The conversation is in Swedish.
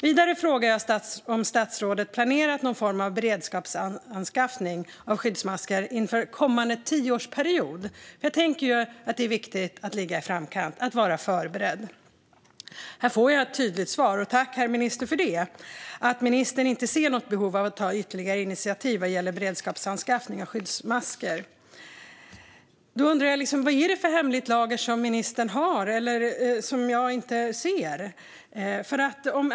Vidare frågar jag om statsrådet planerat någon form av beredskapsanskaffning av skyddsmasker inför kommande tioårsperiod. Jag tänker ju att det är viktigt att ligga i framkant, att vara förberedd. Här får jag ett tydligt svar - tack, herr minister, för det! - att ministern inte ser något behov av att ta ytterligare initiativ vad gäller beredskapsanskaffning av skyddsmasker. Men då undrar jag vad det är för hemligt lager av CE-märkta masker ministern har som jag inte ser.